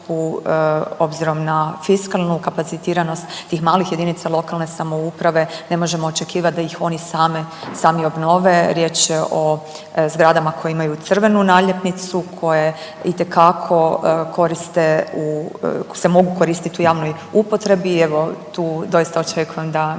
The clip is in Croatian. obzirom na fiskalnu kapacitiranost tih malih jedinica lokalne samouprave ne možemo očekivati da ih oni same, sami obnove, riječ je o zgradama koje imaju crvenu naljepnicu, koje itekako koriste u, se mogu koristiti u javnoj upotrebi. Evo, tu doista očekujem da